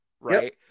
right